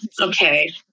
Okay